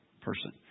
person